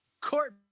court